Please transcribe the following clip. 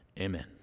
amen